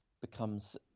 becomes